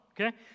Okay